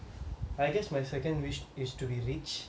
I guess my second wish is to be rich